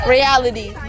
Reality